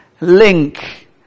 link